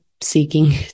seeking